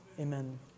amen